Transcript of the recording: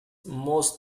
most